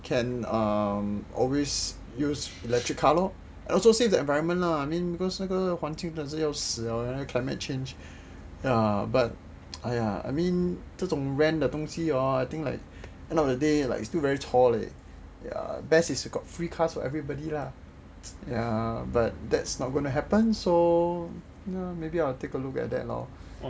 can um always use electric car lor also save the environment lah I mean because 那个环境真的要死 liao lor climate change ya but !aiya! I mean 这种 rent 的东西 orh I think like end of the day it's still very chor leh ya best is if got free cars for everybody lah ya but that's not going to happen so maybe I'll take a look at that lor